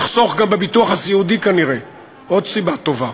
נחסוך גם בביטוח הסיעודי כנראה, עוד סיבה טובה.